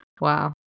Wow